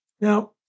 Now